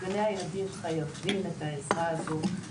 גני הילדים חייבים את העזרה הזאת.